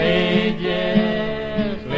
ages